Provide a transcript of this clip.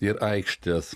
ir aikštės